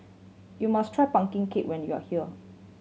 you must try pumpkin cake when you are here